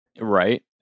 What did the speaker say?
Right